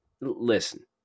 Listen